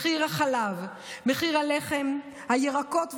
מחיר החלב, מחיר הלחם, הירקות והפירות,